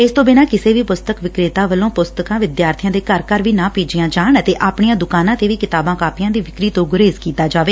ਇਸ ਤੋਂ ਬਿਨਾਂ ਕਿਸੇ ਵੀ ਪੁਸਤਕ ਵਿਕਰੇਤਾ ਵੱਲੋਂ ਪੁਸਤਕਾਂ ਵਿਦਿਆਰਥੀਆਂ ਦੇ ਘਰ ਘਰ ਵੀ ਨਾ ਭੇਜੀਆਂ ਜਾਣ ਅਤੇ ਆਪਣੀਆਂ ਦੁਕਾਨਾਂ ਤੇ ਵੀ ਕਿਤਾਬਾਂ ਕਾਪੀਆਂ ਦੀ ਵਿਕਰੀ ਤੋਂ ਗੁਰੇਜ਼ ਕੀਤਾ ਜਾਵੇ